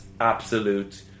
absolute